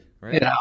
Right